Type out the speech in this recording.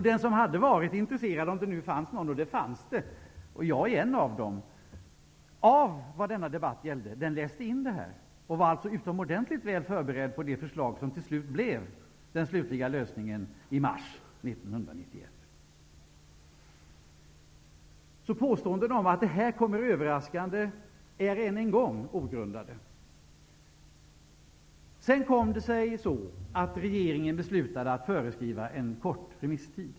De som var intresserade av vad denna debatt gällde, om det nu fanns några -- och det fanns det; jag är en av dem -- läste in det här och var alltså utomordentligt väl förberedda på det förslag som blev den slutliga lösningen i mars 1991. Påståenden om att detta kommer överraskande -- det vill jag säga en än gång -- är ogrundade. Sedan blev det så, att regeringen beslutade att föreskriva en kort remisstid.